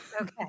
Okay